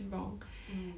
mm